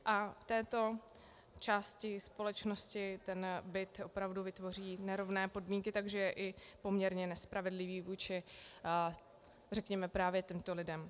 A této části společnosti ten byt opravdu vytvoří nerovné podmínky, takže je i poměrně nespravedlivý vůči řekněme právě těmto lidem.